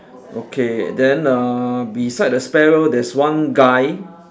okay then uh beside the spare wheel there's one guy